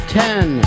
ten